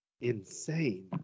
Insane